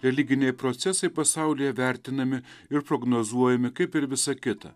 religiniai procesai pasaulyje vertinami ir prognozuojami kaip ir visa kita